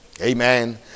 Amen